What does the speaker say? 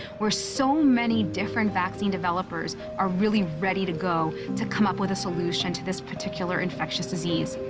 where so many different vaccine developers are really ready to go to come up with a solution to this particular infectious disease.